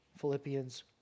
Philippians